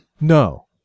No